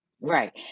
Right